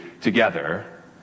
together